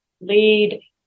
lead